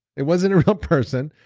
it wasn't a real person.